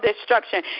destruction